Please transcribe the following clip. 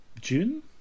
June